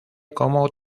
como